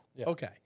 Okay